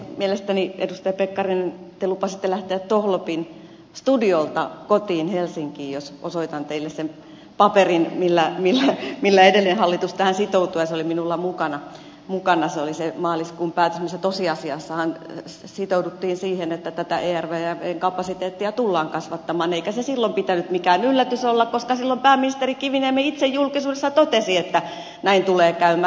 mielestäni edustaja pekkarinen te lupasitte lähteä tohlopin studiolta kotiin helsinkiin jos osoitan teille sen paperin millä edellinen hallitus tähän sitoutui ja se oli minulla mukana se oli se maaliskuun päätös missä tosiasiassa sitouduttiin siihen että tätä ervvn kapasiteettia tullaan kasvattamaan eikä sen silloin pitänyt mikään yllätys olla koska silloin pääministeri kiviniemi itse julkisuudessa totesi että näin tulee käymään